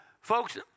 Folks